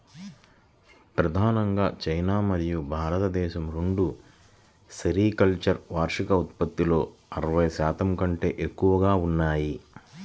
ప్రధానంగా చైనా మరియు భారతదేశం రెండూ సెరికల్చర్ వార్షిక ఉత్పత్తిలో అరవై శాతం కంటే ఎక్కువగా ఉన్నాయి